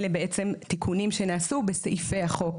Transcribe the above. אלה בעצם תיקונים שנעשו בסעיפי החוק